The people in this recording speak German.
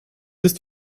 ist